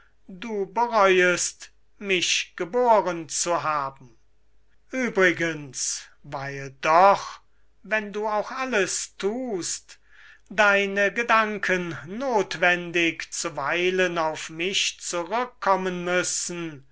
du bereuest mich geboren zu haben uebrigens weil doch wenn du auch alles thust deine gedanken nothwendig zuweilen auf mich zurückkommen müssen